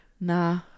Nah